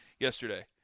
Yesterday